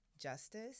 justice